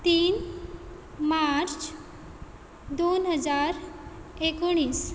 तीन मार्च दोन हजार एकोणीस